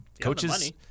Coaches